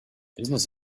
business